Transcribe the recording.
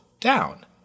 down